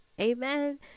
Amen